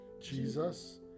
Jesus